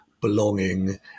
belonging